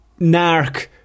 narc